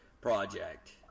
project